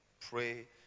pray